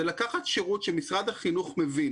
זה לקחת שירות שמשרד החינוך מבין